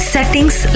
Settings